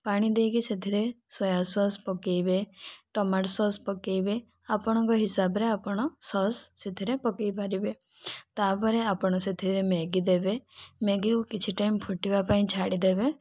ପାଣି ଦେଇକି ସେଥିରେ ସୋୟା ସସ୍ ପକାଇବେ ଟମାଟୋ ସସ୍ ପକାଇବେ ଆପଣଙ୍କ ହିସାବରେ ଆପଣ ସସ୍ ସେଥିରେ ପକାଇପାରିବେ ତା'ପରେ ଆପଣ ସେଥିରେ ମ୍ୟାଗି ଦେବେ ମ୍ୟାଗିକୁ କିଛି ଟାଇମ୍ ଫୁଟିବା ପାଇଁ ଛାଡ଼ିଦେବେ